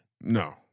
No